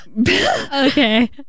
Okay